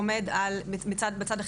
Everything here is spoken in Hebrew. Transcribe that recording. עומד על 33%,